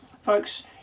Folks